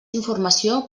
informació